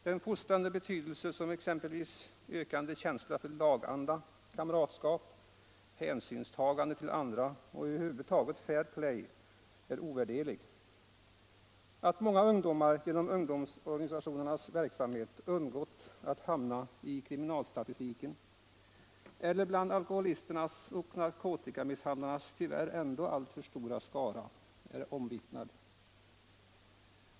Den fostrande betydelsen såsom exempelvis ökande känsla för laganda, kamratskap, hänsynstagande till andra och över huvud taget fair play är ovärderlig. Att många ungdomar genom ungdomsorganisationernas verksamhet undgått att hamna i kriminalstatistiken eller bland alkoholisternas och narkotikamissbrukarnas tyvärr ändå alltför stora skara är omvittnat.